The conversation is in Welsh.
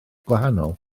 gwahanol